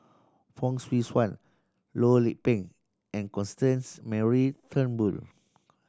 Fong Swee Suan Loh Lik Peng and Constance Mary Turnbull